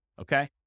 Okay